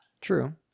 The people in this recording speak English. True